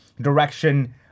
direction